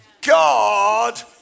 God